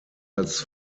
als